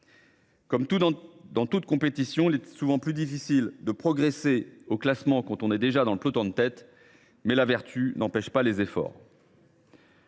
Comme dans toute compétition, il est souvent plus difficile de progresser au classement quand on est déjà dans le peloton de tête, mais la vertu n’empêche pas les efforts.